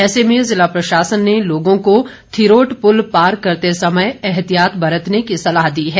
ऐसे में ज़िला प्रशासन ने लोगों को थिरोट पूल पार करते समय एहतियात बरतने की सलाह दी है